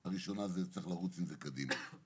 בראשונה צריך לרוץ עם זה קדימה.